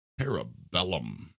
Parabellum